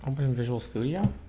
visual studio